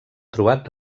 trobat